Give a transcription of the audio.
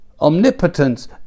omnipotence